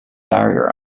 barrier